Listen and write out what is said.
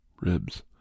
ribs